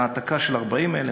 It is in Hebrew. העתקה של 40,000,